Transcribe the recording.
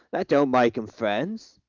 that don't make em friends.